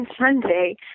Sunday